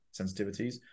sensitivities